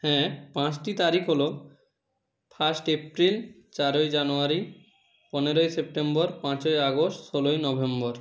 হ্যাঁ পাঁচটি তারিখ হলো ফার্স্ট এপ্রিল চারই জানুয়ারি পনেরোই সেপ্টেম্বর পাঁচই আগস্ট ষোলোই নভেম্বর